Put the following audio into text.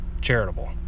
charitable